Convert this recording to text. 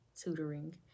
tutoring